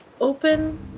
open